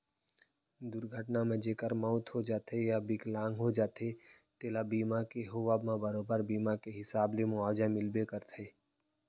दुरघटना म जेकर मउत हो जाथे या बिकलांग हो जाथें तेला बीमा के होवब म बरोबर बीमा के हिसाब ले मुवाजा मिलबे करथे